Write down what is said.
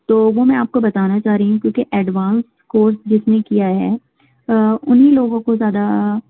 تو وہ میں آپ کو بتانا چاہ رہی ہوں کیوں کہ ایڈوانس کورس جِس نے کیا ہے اُنہی لوگوں کو زیادہ